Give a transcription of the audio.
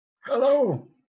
hello